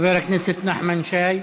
חבר הכנסת נחמן שי,